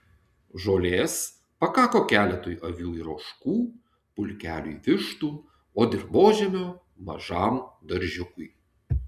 žolės pakako keletui avių ir ožkų pulkeliui vištų o dirvožemio mažam daržiukui